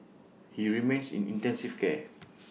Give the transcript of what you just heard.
he remains in intensive care